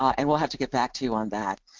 and we'll have to get back to you on that,